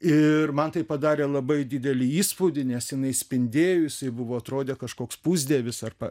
ir man tai padarė labai didelį įspūdį nes jinai spindėjusi buvo atrodė kažkoks pusdievis arba